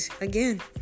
again